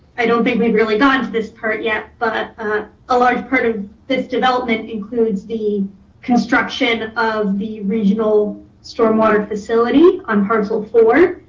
i don't think we've really gotten to this part yet, but a large part of this development includes the construction of the regional stormwater facility on parcel four.